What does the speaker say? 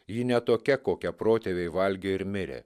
ji ne tokia kokią protėviai valgė ir mirė